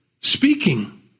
speaking